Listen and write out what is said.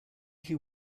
who